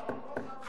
וגם לא נתתם,